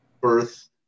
birth